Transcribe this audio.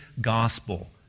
gospel